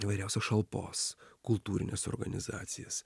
įvairiausios šalpos kultūrines organizacijas